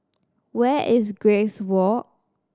where is Grace Walk